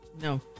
No